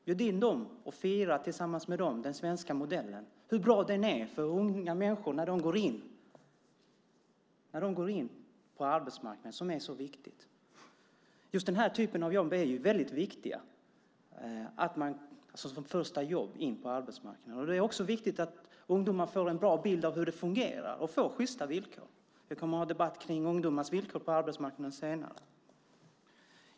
Bjud in dem och fira den svenska modellen och hur bra den är för unga människor när de går in på arbetsmarknaden tillsammans med dem! Just denna typ av jobb är ju väldigt viktiga som första jobb in på arbetsmarknaden. Det är också viktigt att ungdomar får en bra bild av hur det fungerar och får sjysta villkor. Vi kommer att ha en debatt om ungdomars villkor på arbetsmarknaden senare.